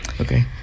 okay